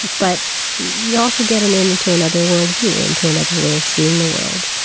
but you also get an in into another world view, into another way of seeing the world,